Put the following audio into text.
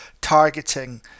targeting